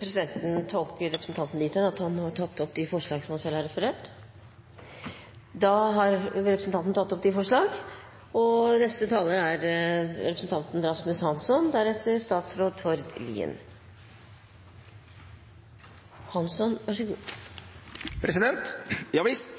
Presidenten tolker representanten dithen at han har tatt opp de forslagene som han selv har referert til? – Representanten nikker bekreftende og har dermed tatt opp forslagene fra SV. Ja visst,